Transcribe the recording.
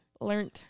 Learned